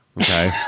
Okay